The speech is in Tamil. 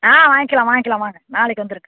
ஆ வாங்கிகலாம் வாங்கிகலாம் வாங்க நாளைக்கு வந்துடுங்க